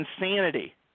insanity